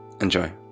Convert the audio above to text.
Enjoy